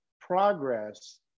progress